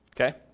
Okay